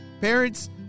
Parents